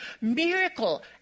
Miracle